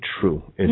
true